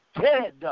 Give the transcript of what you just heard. dead